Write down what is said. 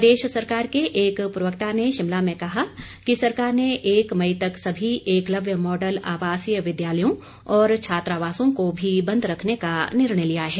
प्रदेश सरकार के एक प्रवक्ता ने शिमला में कहा कि सरकार ने एक मई तक सभी एकलव्य मॉडल आवासीय विद्यालयों और छात्रावासों को भी बंद रखने का निर्णय लिया है